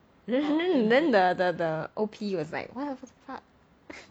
then then the the the O_P was like